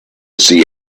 see